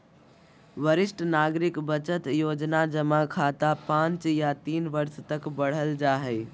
वरिष्ठ नागरिक बचत योजना जमा खाता पांच या तीन वर्ष तक बढ़ल जा हइ